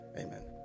Amen